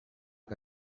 que